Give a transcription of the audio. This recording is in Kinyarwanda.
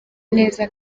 neza